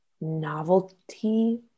novelty